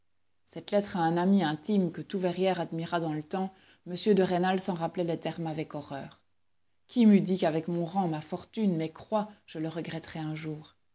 cette lettre à un ami intime que tout verrières admira dans le temps m de rênal s'en rappelait les termes avec horreur qui m'eût dit qu'avec mon rang ma fortune mes croix je le regretterais un jour